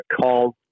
called